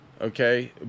Okay